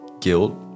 guilt